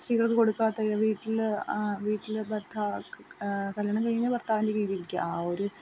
സ്ത്രീകൾ കൊടുക്കാത്ത വീട്ടിൽ വീട്ടിലെ ഭർത്താക്ക് കല്യാണം കഴിഞ്ഞാൽ ഭർത്താവിൻ്റെ രീതിയിലേക്ക് ആ ഒരു